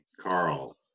Carl